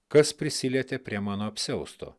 kas prisilietė prie mano apsiausto